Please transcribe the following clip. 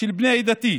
של בני עדתי,